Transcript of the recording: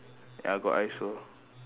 ya got I also